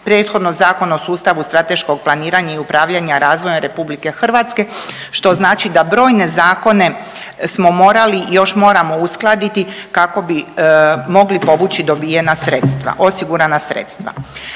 prethodno Zakon o sustavu strateškog planiranja i upravljanja razvojem RH što znači da brojne zakone smo morali i još moramo uskladiti kako bi mogli povući dobijena sredstva, osigurana sredstva.